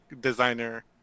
designer